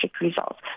results